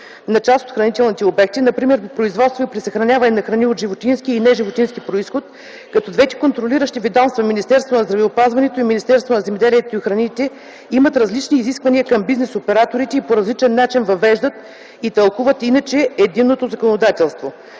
на част от хранителните обекти, напр. при производство и при съхраняване на храни от животински и от неживотински произход, като двете контролиращи ведомства Министерството на здравеопазването и Министерството на земеделието и храните имат различни изисквания към бизнес-операторите и по различен начин въвеждат и тълкуват иначе единното законодателство.